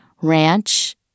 ranch